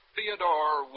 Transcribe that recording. Theodore